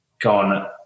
gone